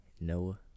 noah